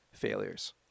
failures